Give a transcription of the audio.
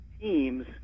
teams